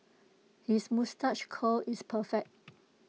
his moustache curl is perfect